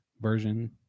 version